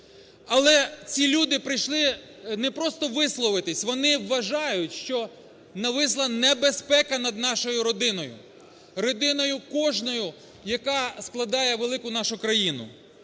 Але ці люди прийшли не просто висловитися. Вони вважають, що нависла небезпека над нашою родиною, родиною кожною, яка складає велику нашу країну.